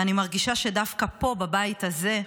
ואני מרגישה שדווקא פה, בבית הזה,